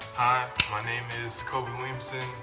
my name is khobi williamson.